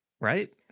right